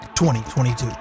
2022